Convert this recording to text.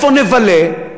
איפה נבלה,